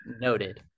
noted